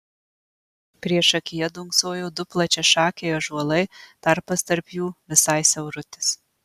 priešakyje dunksojo du plačiašakiai ąžuolai tarpas tarp jų visai siaurutis